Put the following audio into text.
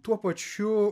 tuo pačiu